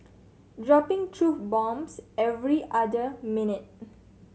dropping truth bombs every other minute